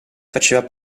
faceva